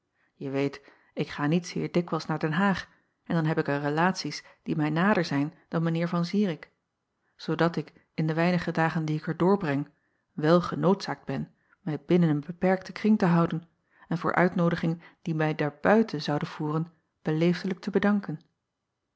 e weet ik ga niet zeer dikwijls naar den aag en dan heb ik er relaties die mij nader zijn dan mijn eer an irik zoodat ik in de weinige dagen die ik er doorbreng wel genoodzaakt ben mij binnen een beperkten kring te houden en voor uitnoodigingen die mij daarbuiten zouden voeren beleefdelijk te bedanken